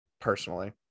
personally